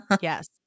Yes